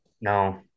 No